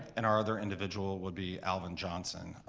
and our other individual would be alvin johnson.